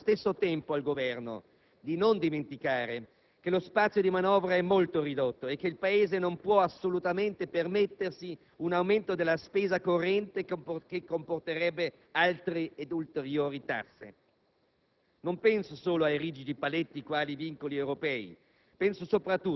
Accogliamo - ribadisco - l'aver scelto la redistribuzione, ma chiediamo allo stesso tempo al Governo di non dimenticare che lo spazio di manovra è molto ridotto e che il Paese non può assolutamente permettersi un aumento della spesa corrente, la quale comporterebbe altre ed ulteriori tasse.